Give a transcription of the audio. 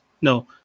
No